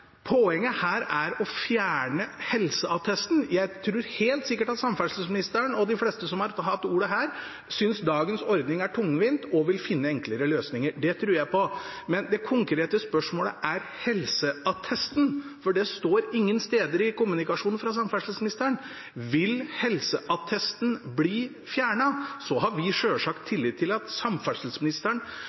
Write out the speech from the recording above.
å fjerne helseattesten. Jeg tror helt sikkert at samferdselsministeren og de fleste som har hatt ordet, synes dagens ordning er tungvint, og vil finne enklere løsninger – det tror jeg på. Men det konkrete spørsmålet er helseattesten, for det står ingen steder i kommunikasjonen fra samferdselsministeren: Vil helseattesten bli fjernet? Vi har selvsagt tillit til at samferdselsministeren